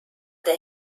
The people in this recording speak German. der